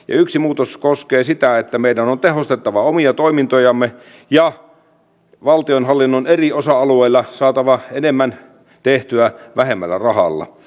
yksi muutos koskee sitä että meidän on tehostettava omia toimintojamme ja valtionhallinnon eri osa alueilla saatava enemmän tehtyä vähemmällä rahalla